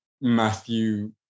Matthew